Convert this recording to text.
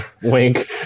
wink